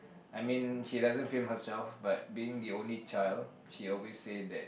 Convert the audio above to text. I mean she doesn't frame herself but being the only child she always say that